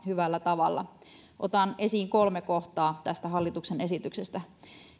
hyvällä tavalla mahdollisuutta rakentaa otan esiin kolme kohtaa tästä hallituksen esityksestä